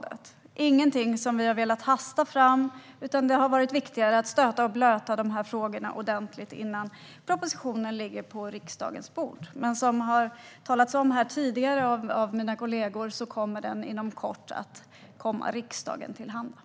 Detta är ingenting som vi har velat hasta fram, utan det har varit viktigare att stöta och blöta dessa frågor ordentligt innan propositionen läggs på riksdagens bord. Men som har sagts här tidigare av mina kollegor kommer den inom kort att komma riksdagen till handa.